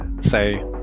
say